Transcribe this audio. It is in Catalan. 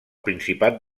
principat